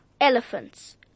elephants